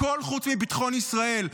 הכול חוץ מביטחון ישראל.